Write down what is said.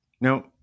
Now